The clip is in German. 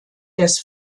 des